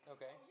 Okay